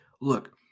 look